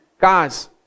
guys